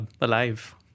alive